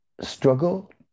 Struggle